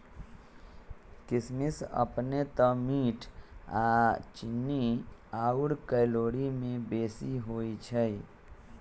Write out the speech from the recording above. किशमिश अपने तऽ मीठ आऽ चीन्नी आउर कैलोरी में बेशी होइ छइ